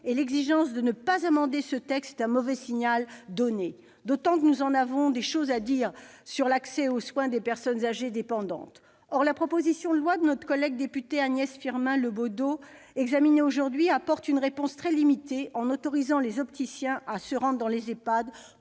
et l'exigence de ne pas amender ce texte sont un mauvais signal envoyé, d'autant que nous en avons des choses à dire sur l'accès aux soins des personnes âgées dépendantes ! Or la proposition de loi de notre collègue députée Agnès Firmin Le Bodo, examinée aujourd'hui, apporte une réponse très limitée, en autorisant les opticiens à se rendre dans les EHPAD